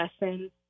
lesson